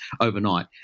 overnight